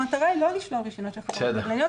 המטרה היא לא לשלול רישיונות של חברות קבלניות,